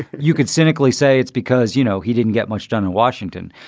you could cynically say it's because, you know, he didn't get much done in washington,